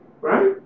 right